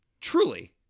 truly